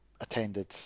attended